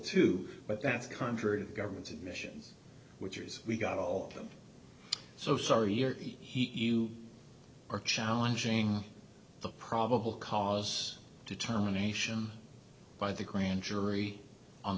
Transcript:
too but that's contrary to the government's admissions which is we got all of them so sorry your eat you are challenging the probable cause determination by the grand jury on